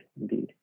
indeed